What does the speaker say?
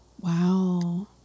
Wow